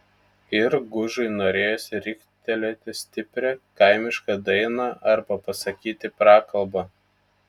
ir gužui norėjosi riktelėti stiprią kaimišką dainą arba pasakyti prakalbą